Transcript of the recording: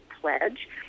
pledge